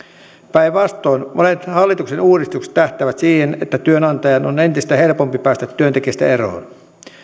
päinvastoin monet hallituksen uudistuksista tähtäävät siihen että työnantajan on entistä helpompi päästä työntekijästä eroon